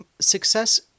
success